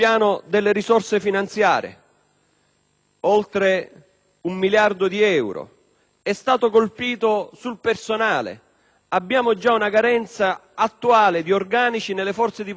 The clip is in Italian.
(oltre un miliardo di euro) e del personale. Abbiamo già una carenza attuale di organico nelle forze di polizia pari a circa 10.000 unità